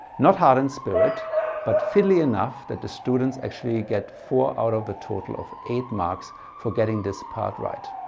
not hard in spirit but fiddly enough that the students actually get four out of the total of eight marks for getting this part right.